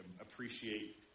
appreciate